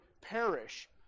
perish